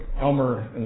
Elmer